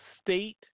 state